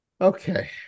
Okay